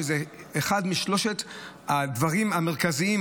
שזה אחד משלושת הדברים המרכזיים,